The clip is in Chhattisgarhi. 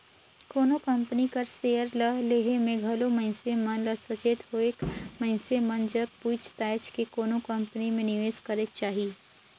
कोनो कंपनी कर सेयर ल लेहे में घलो मइनसे मन ल सचेत होएके मइनसे मन जग पूइछ ताएछ के कोनो कंपनी में निवेस करेक चाही